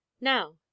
now